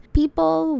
people